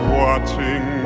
watching